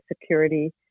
security